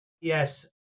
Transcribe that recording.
Yes